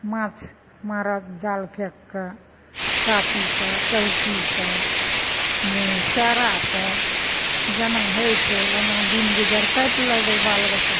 माँछ मारब जाल फेक कऽ टापी सँ टबकी सँ सएरा सँ जेना होइ छै ओना दिन गुजर काटि लेबै बाल बच्चा